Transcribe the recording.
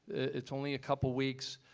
it's only a couple weeks.